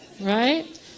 Right